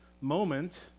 moment